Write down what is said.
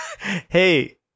Hey